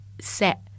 set